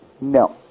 No